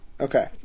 Okay